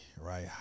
right